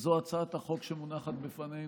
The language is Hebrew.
הצעת החוק שמונחת בפנינו,